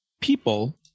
people